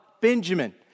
Benjamin